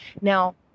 now